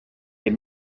les